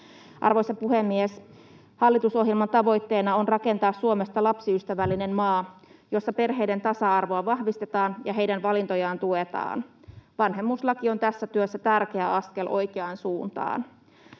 Arvoisa puhemies! Hallitusohjelman tavoitteena on rakentaa Suomesta lapsiystävällinen maa, jossa perheiden tasa-arvoa vahvistetaan ja heidän valintojaan tuetaan. Vanhemmuuslaki on tässä työssä tärkeä askel oikeaan suuntaan.